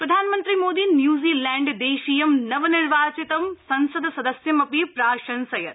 प्रधानमन्त्री मोदी न्यूजीलैण्डदेशीयं नवनिर्वाचितं संसद सदस्यमपि प्राशंसयत्